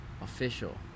official